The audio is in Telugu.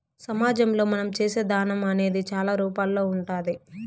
సమాజంలో మనం చేసే దానం అనేది చాలా రూపాల్లో ఉంటాది